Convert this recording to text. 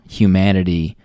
humanity